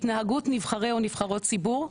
התנהגות נבחרי או נבחרות ציבור,